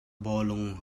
bawlung